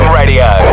radio